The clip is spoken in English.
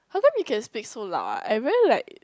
how come you can speak so loud ah I very like